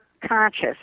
Conscious